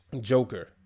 Joker